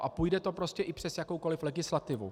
A půjde to i přes jakoukoliv legislativu.